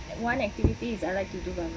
at one activity is I like to do by myself